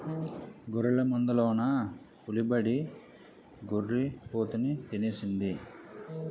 గొర్రెల మందలోన పులిబడి గొర్రి పోతుని తినేసింది